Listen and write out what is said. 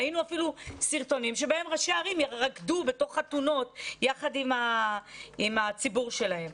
ראינו אפילו סרטונים שבהם ראשי ערים רקדו בחתונות יחד עם הציבור שלהם.